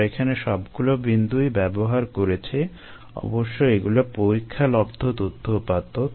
আমরা এখানে সবগুলো বিন্দুই ব্যবহার করেছি অবশ্যই এগুলো পরীক্ষালব্ধ তথ্য উপাত্ত